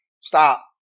stop